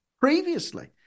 previously